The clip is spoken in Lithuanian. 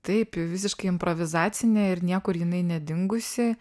taip visiškai improvizacinė ir niekur jinai nedingusi